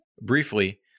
briefly